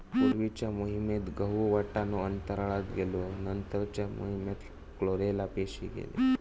पूर्वीच्या मोहिमेत गहु, वाटाणो अंतराळात गेलो नंतरच्या मोहिमेत क्लोरेला पेशी गेले